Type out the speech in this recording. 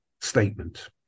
statement